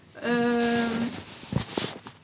um